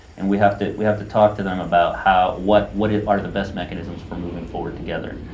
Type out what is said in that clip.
and we have to we have to talk to them about how what what are the best mechanisms for moving forward together.